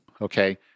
okay